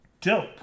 dope